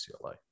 UCLA